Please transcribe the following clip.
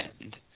end